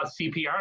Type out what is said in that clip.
CPR